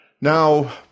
Now